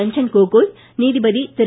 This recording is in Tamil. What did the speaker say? ரஞ்சன் கோகோய் நீதிபதி திரு